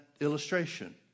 illustration